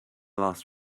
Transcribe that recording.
last